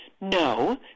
no